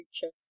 creature